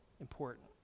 important